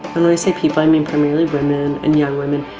and i say people i mean, primarily women and young women.